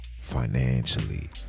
financially